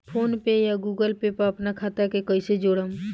PhonePe या Google Pay पर अपना खाता के कईसे जोड़म?